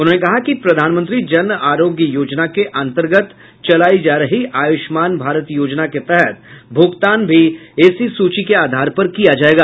उन्होंने कहा कि प्रधानमंत्री जन आरोग्य योजना के अंतर्गत चलायी जा रही आयुष्मान भारत योजना के तहत भुगतान भी इसी सूची के आधार पर किया जायेगा